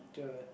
do you know that